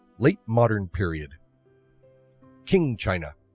late modern period qing china